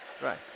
Right